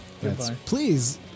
Please